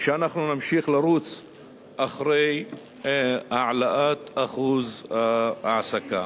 שאנחנו נמשיך לרוץ אחרי העלאת אחוז ההעסקה.